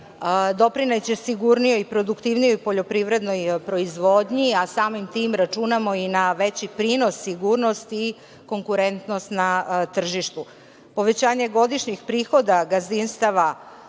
doprineće sigurnijoj i produktivnijoj poljoprivrednoj proizvodnji, a samim tim računamo i na veći prinos sigurnosti i konkurentnost na tržištu i povećanje godišnjih prihoda gazdinstava,